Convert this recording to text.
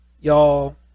Y'all